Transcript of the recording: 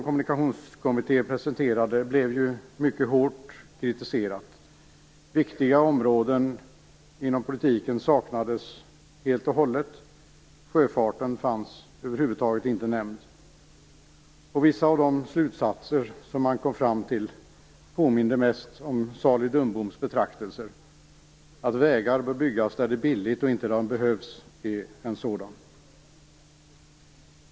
Kommunikationskommitténs första delbetänkade blev ju mycket hårt kritiserat. Viktiga områden inom politiken saknades helt, och sjöfarten var över huvud taget inte nämnd. Vissa av de slutsatser som man kommit fram till påminner mest om salig dumboms betraktelser. En sådan var att vägar bör byggas där det är billigt och inte där de behövs.